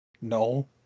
No